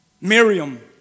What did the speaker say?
Miriam